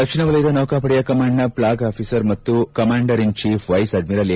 ದಕ್ಷಿಣ ವಲಯದ ನೌಕಾಪಡೆಯ ಕಮಾಂಡ್ನ ಫ್ಲಾಗ್ ಆಫೀಸರ್ ಮತ್ತು commander in chief vice admiral A